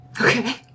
Okay